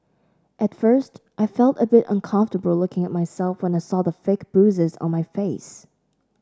at first I felt a bit uncomfortable looking at myself when I saw the fake bruises on my face